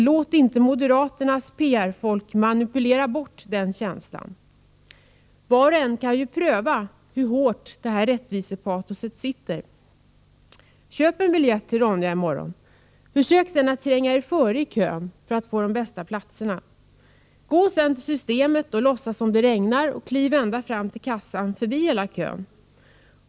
Låt inte moderaternas PR-folk manipulera bort den känslan! Var och en kan pröva hur djupt detta rättvisepatos sitter. Köp en biljett till Ronja Rövardotter i morgon. Försök sedan tränga er före i kön för att få de bästa platserna. Gå sedan till systembutiken, låtsas som om det regnar och kliv ända fram till kassan, förbi hela kön.